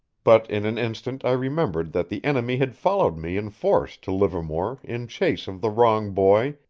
but in an instant i remembered that the enemy had followed me in force to livermore in chase of the wrong boy,